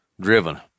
driven